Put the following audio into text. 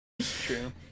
True